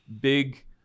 big